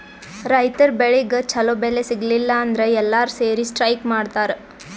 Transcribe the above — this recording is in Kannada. ರೈತರ್ ಬೆಳಿಗ್ ಛಲೋ ಬೆಲೆ ಸಿಗಲಿಲ್ಲ ಅಂದ್ರ ಎಲ್ಲಾರ್ ಸೇರಿ ಸ್ಟ್ರೈಕ್ ಮಾಡ್ತರ್